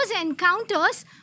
encounters